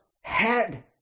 head